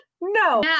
No